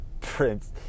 Prince